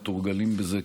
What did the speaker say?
אנחנו מתורגלים בזה,